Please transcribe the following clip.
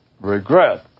regret